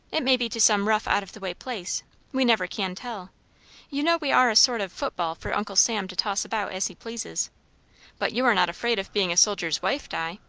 it may be to some rough out-of-the-way place we never can tell you know we are a sort of football for uncle sam to toss about as he pleases but you are not afraid of being a soldier's wife, di?